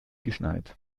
geschneit